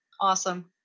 awesome